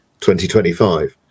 2025